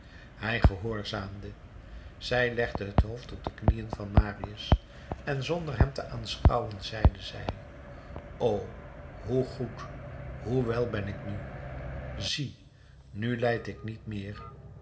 hij gehoorzaamde zij legde het hoofd op de knieën van marius en zonder hem te aanschouwen zeide zij o hoe goed hoe wèl ben ik nu zie nu lijd ik niet meer